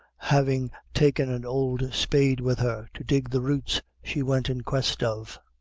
having taken an old spade with her to dig the roots she went in quest of,